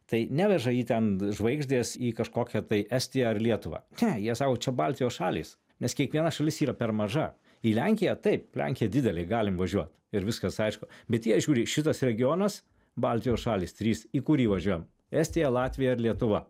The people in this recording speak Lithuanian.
tai neveža į ten žvaigždės į kažkokią tai estiją ar lietuvą ne jie sau čia baltijos šalys nes kiekviena šalis yra per maža į lenkiją taip lenkija didelė galim važiuot ir viskas aišku bet jie žiūri į šituos regionus baltijos šalys trys į kurį važiuojam estija latvija ar lietuva